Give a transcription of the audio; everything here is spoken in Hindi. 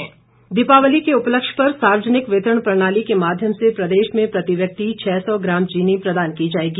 चीनी दीपावली के उपलक्ष्य पर सार्वजनिक वितरण प्रणाली के माध्यम से प्रदेश में प्रति व्यक्ति छः सौ ग्राम चीनी प्रदान की जाएगी